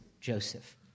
Joseph